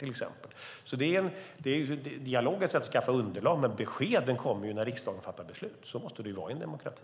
Dialogen är ett sätt att skaffa underlag, men beskeden kommer när riksdagen fattar beslut. Så måste det vara i en demokrati.